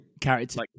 Character